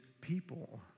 people